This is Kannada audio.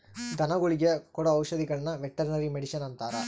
ಧನಗುಳಿಗೆ ಕೊಡೊ ಔಷದಿಗುಳ್ನ ವೆರ್ಟನರಿ ಮಡಿಷನ್ ಅಂತಾರ